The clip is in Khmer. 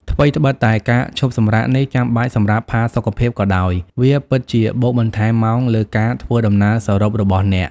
ថ្វីត្បិតតែការឈប់សម្រាកនេះចាំបាច់សម្រាប់ផាសុកភាពក៏ដោយ វាពិតជាបូកបន្ថែមម៉ោងលើការធ្វើដំណើរសរុបរបស់អ្នក។